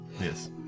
Yes